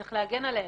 צריך להגן עליהם.